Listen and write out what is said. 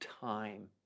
time